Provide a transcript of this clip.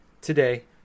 today